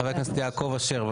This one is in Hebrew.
חבר הכנסת יעקב אשר.